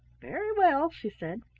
very well, she said,